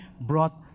brought